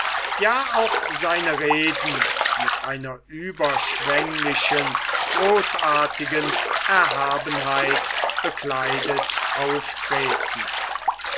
ja auch seine reden mit einer überschwänglichen großartigen erhabenheit bekleidet auftreten